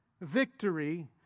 victory